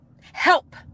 help